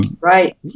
right